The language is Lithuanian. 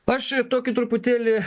aš tokį truputėlį